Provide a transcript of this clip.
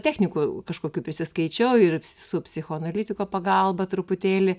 technikų kažkokių prisiskaičiau ir su psichoanalitiko pagalba truputėlį